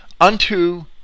unto